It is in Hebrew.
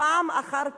פעם אחר פעם,